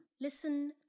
listen